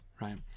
right